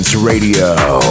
Radio